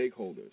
stakeholders